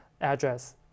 address